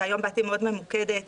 והיום באתי ממוקדת מאוד.